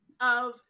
of-